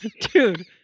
Dude